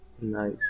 Nice